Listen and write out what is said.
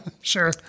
Sure